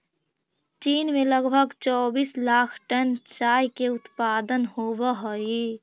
चीन में लगभग चौबीस लाख टन चाय के उत्पादन होवऽ हइ